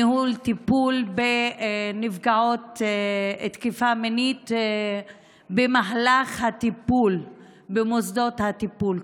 ניהול טיפול בנפגעות תקיפה מינית במהלך הטיפול במוסדות הטיפול,